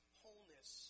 wholeness